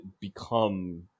become